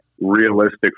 realistic